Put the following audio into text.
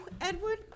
Edward